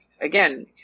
again